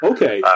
Okay